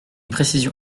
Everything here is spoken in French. précision